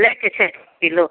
लैके छै पाँच किलो